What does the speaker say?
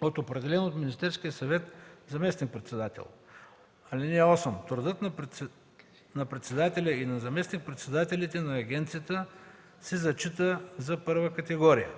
от определен от Министерския съвет заместник-председател. (8) Трудът на председателя и на заместник-председателите на агенцията се зачита като първа категория.